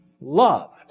loved